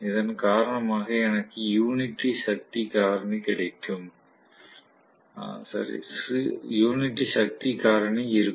இதன் காரணமாக எனக்கு யூனிட்டி சக்தி காரணி இருக்கும்